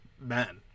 men